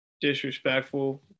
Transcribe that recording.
disrespectful